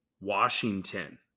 Washington